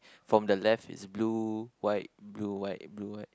from the left is blue white blue white blue white